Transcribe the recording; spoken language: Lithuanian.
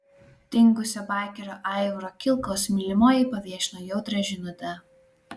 dingusio baikerio aivaro kilkaus mylimoji paviešino jautrią žinutę